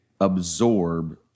absorb